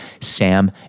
Sam